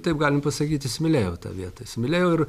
taip galim pasakyt įsimylėjau tą vietą įsimylėjau ir